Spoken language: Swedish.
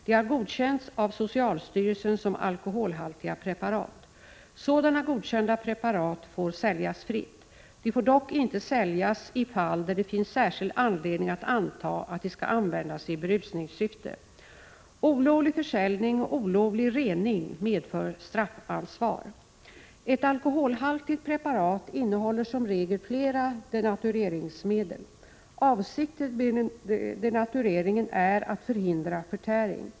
De har godkänts av socialstyrelsen som alkoholhaltiga preparat. Sådana godkända preparat får säljas fritt. De får dock inte säljas i fall där det finns särskild anledning att anta att de skall användas i berusningssyfte. Olovlig försäljning och olovlig rening medför straffansvar. Ett alkoholhaltigt preparat innehåller som regel flera denatureringsmedel. Avsikten med denatureringen är att förhindra förtäring.